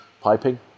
piping